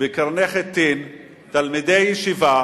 בקרני-חיטין תלמידי ישיבה